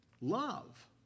love